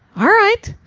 alright,